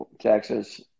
Texas